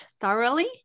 thoroughly